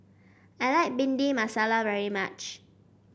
I like Bhindi Masala very much